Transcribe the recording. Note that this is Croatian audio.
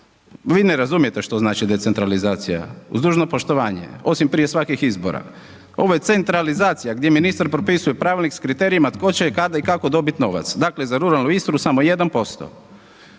Vi ne razumijete što znači decentralizacija, uz dužno poštovanje osim prije svakih izbora. Ovo je centralizacija gdje ministar propisuje pravilnik s kriterijima tko će kada i kako dobit novac. Dakle za ruralnu Istru samo 1%